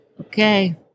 okay